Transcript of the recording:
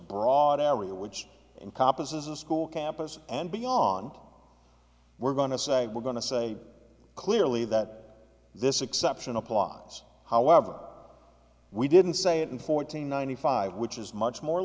broad area which in kopassus school campus and beyond we're going to say we're going to say clearly that this exception applauds however we didn't say it in fourteen ninety five which is much more